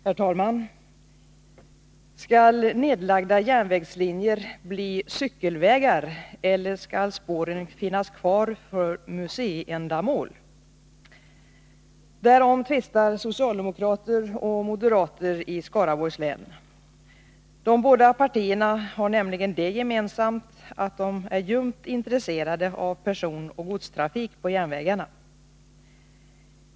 Herr talman! Skall nedlagda järnvägslinjer bli cykelvägar, eller skall spåren finnas kvar för museiändamål? Därom tvistar socialdemokrater och moderater i Skaraborgs län. De båda partierna har nämligen det gemensamt att de är ljumt intresserade av personoch godstrafik på järnvägarna.